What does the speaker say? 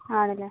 ആണല്ലേ